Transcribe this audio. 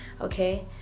okay